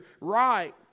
right